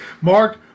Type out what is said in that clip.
Mark